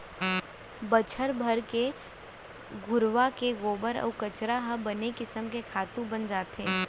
बछर भर म घुरूवा के गोबर अउ कचरा ह बने किसम के खातू बन जाथे